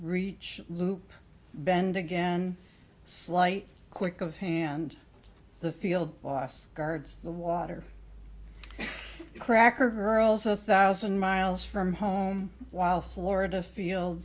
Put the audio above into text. reach loop bend again slight quick of hand the field boss guards the water cracker girls a thousand miles from home while florida field